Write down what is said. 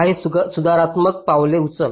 काही सुधारात्मक पावले उचल